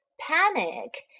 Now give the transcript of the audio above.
Panic